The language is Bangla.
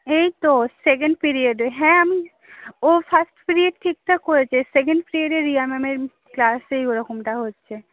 এই তো সেকেন্ড পিরিয়ডে হ্যাঁ আমি ও ফার্স্ট পিরিয়ড ঠিকঠাক করেছে সেকেন্ড পিরিয়ডে রিয়া ম্যামের ক্লাসেই ওরকমটা হচ্ছে